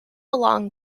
along